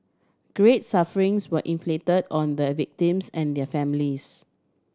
great sufferings were inflict on the a victims and their families